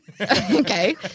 Okay